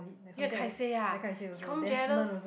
you and Kai-Sei ah he confirm jealous